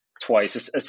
twice